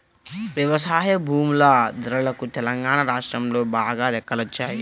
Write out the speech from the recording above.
వ్యవసాయ భూముల ధరలకు తెలంగాణా రాష్ట్రంలో బాగా రెక్కలొచ్చాయి